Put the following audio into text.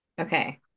okay